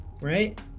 right